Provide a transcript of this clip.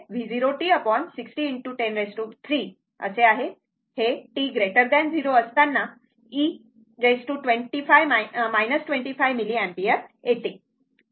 तर ते i0t हे V0t 60 ✕ 103 आहे हे t 0 असताना e 25 मिलीअपीयर येते